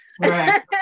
Right